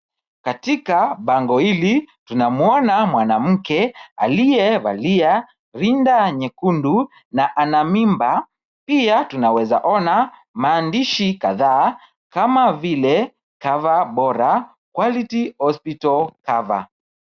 Katika bango hili, tunamuona mwanamke aliyevalia rinda nyekundu na ana mimba na pia tunaeza ona maandishi kadha, kama vile Coverbora, quality hospital cover .